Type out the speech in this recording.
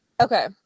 Okay